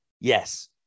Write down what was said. Yes